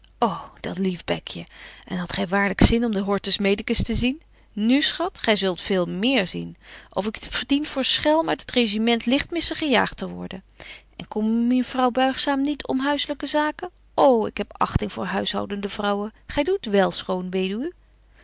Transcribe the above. dat lief bekje en hadt gy waarlyk zin om den hortus medicus te zien nu schat gy zult veel méér zien of ik verdien voor schelm uit het regiment ligtmissen gejaagt te worden en kon mevrouw buigzaam niet om huisselyke zaken ô ik heb achting voor huishoudende vrouwen gy doet wel schone